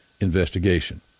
investigation